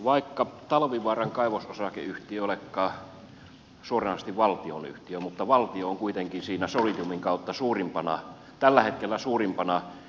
vaikka talvivaaran kaivososakeyhtiö ei olekaan suoranaisesti valtionyhtiö valtio on kuitenkin siinä solidiumin kautta tällä hetkellä suurimpana yksittäisenä omistajana